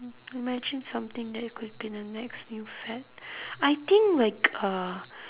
imagine something that could be the next new fad I think like uh